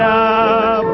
up